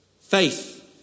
faith